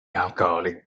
alcoholic